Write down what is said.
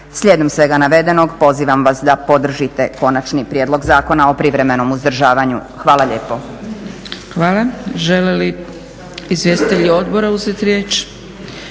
Slijedom svega navedenog pozivam vas da podržite Konačni prijedlog Zakona o privremenom uzdržavanju. Hvala lijepo. **Zgrebec, Dragica (SDP)** Hvala. Žele li izvjestitelji odbora uzeti riječ?